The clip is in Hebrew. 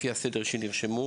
לפי הסדר שנרשמו.